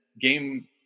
game